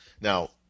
Now